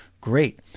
great